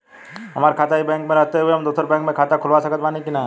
हमार खाता ई बैंक मे रहते हुये हम दोसर बैंक मे खाता खुलवा सकत बानी की ना?